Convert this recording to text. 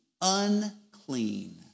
unclean